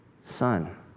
son